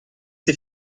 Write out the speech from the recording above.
sie